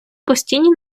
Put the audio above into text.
постійні